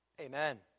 Amen